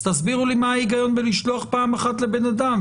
אז תסבירו לי מה ההיגיון בלשלוח פעם אחת לבן אדם?